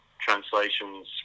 translations